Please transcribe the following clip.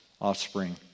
offspring